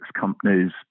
companies